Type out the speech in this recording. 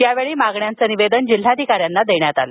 यावेळी मागण्यांचं निवेदन जिल्हाधिकाऱ्यांना देण्यात आलं